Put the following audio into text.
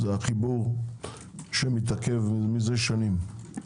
החיבור שמתעכב מזה שנים,